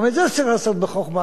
גם את זה צריך לעשות בחוכמה.